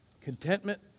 contentment